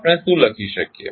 આપણે શું લખી શકીએ